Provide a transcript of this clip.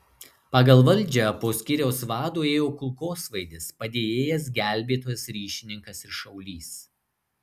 pagal valdžią po skyriaus vado ėjo kulkosvaidis padėjėjas gelbėtojas ryšininkas ir šaulys